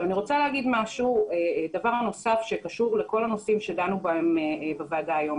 אני רוצה לומר דבר נוסף שקשור לכל הנושאים שדנו בהם בוועדה היום.